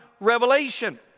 revelation